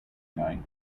night